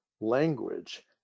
language